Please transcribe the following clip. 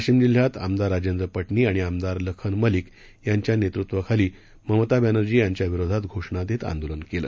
वाशिम जिल्ह्यात आमदार राजेंद्र पाटणी व आमदार लखन मलिक यांच्या नेतृत्वातखाली ममता बॅनर्जी यांच्या विरोधात घोषणा देत आंदोलन केलं